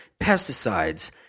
pesticides